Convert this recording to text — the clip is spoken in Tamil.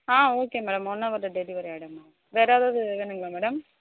ஆ ஓகே மேடம் ஒன் ஹவரில் டெலிவரி ஆகிடும்மா வேறு எதாவது வேணுங்களா மேடம்